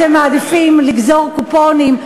אתם מעדיפים לגזור קופונים,